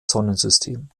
sonnensystem